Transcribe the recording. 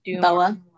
Boa